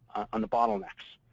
on the bottlenecks,